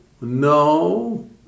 no